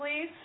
please